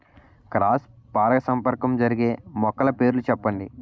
Cross పరాగసంపర్కం జరిగే మొక్కల పేర్లు చెప్పండి?